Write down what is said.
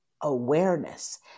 awareness